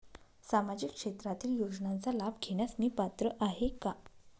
सामाजिक क्षेत्रातील योजनांचा लाभ घेण्यास मी पात्र आहे का?